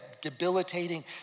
debilitating